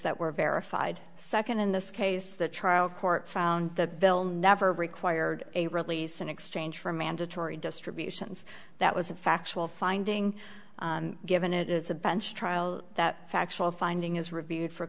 were verified second in this case the trial court found the bill never required a release in exchange for mandatory distributions that was a factual finding given it is a bench trial that factual finding is reviewed for